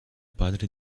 padre